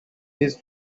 his